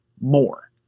more